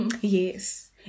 yes